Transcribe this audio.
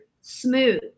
smooth